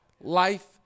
Life